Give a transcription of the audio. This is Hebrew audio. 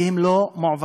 והם לא מועברים,